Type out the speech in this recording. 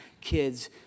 kids